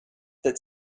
that